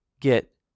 get